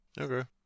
Okay